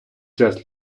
час